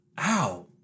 Ow